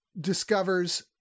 discovers